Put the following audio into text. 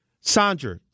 Sandra